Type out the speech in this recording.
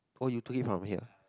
oh you do it from here